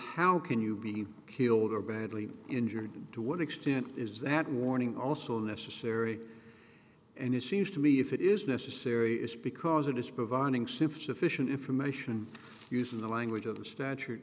how can you be killed or badly injured to what extent is that warning also necessary and it seems to me if it is necessary it's because it is providing sift sufficient information using the language of the statu